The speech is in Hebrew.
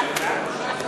כי